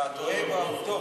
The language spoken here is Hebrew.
אתה טועה בעובדות.